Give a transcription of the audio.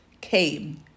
came